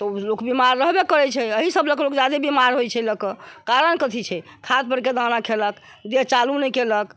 तऽ लोक बीमार रहबे करै छै एहि सब लऽ के जादे बीमार होइ छै लऽ कऽ कारण कथी छै खाद पर के दाना खेलक देह चालू नहि केलक